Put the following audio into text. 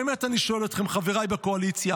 באמת אני שואל אתכם, חבריי בקואליציה.